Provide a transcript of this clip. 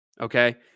Okay